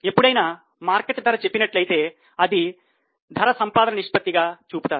ఎప్పుడైనా మార్కెట్ ధర చెప్పినట్లయితే అది ధర సంపాదన నిష్పత్తిగా చూపుతారు